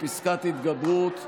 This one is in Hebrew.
פסקת התגברות),